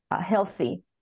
healthy